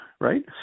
right